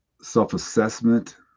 self-assessment